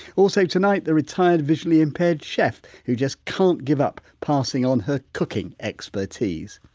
also, tonight, the retired visually impaired chef who just can't give up passing on her cooking expertise.